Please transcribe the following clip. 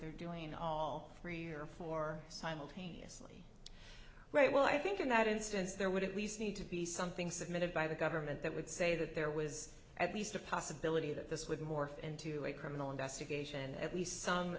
they're doing all three or four simultaneously right well i think in that instance there would at least need to be something submitted by the government that would say that there was at least a possibility that this with morph into a criminal investigation at least some